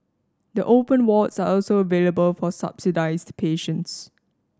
the open wards are also available for subsidised patients